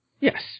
Yes